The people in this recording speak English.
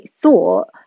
thought